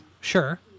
Sure